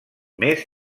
més